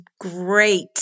great